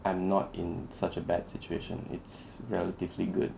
I'm not in such a bad situation it's relatively good